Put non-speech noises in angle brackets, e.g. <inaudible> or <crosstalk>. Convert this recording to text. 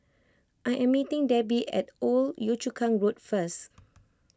I am meeting Debi at Old Yio Chu Kang Road first <noise>